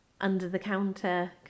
under-the-counter